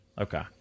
Okay